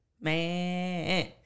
man